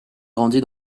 grandit